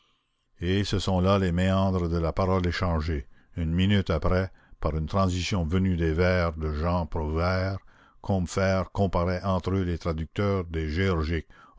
et ce sont là les méandres de la parole échangée une minute après par une transition venue des vers de jean prouvaire combeferre comparait entre eux les traducteurs des géorgiques